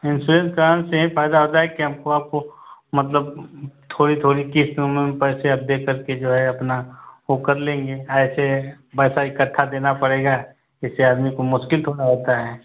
insurance कराने से यही फायदा होता है कि हमको आपको मतलब थोड़ी थोड़ी क़िस्त में पैसे आप देकर के जो है अपना वह कर लेंगे ऐसे पैसा इकट्ठा देना पड़ेगा इससे आदमी को मुश्किल थोड़ा होता है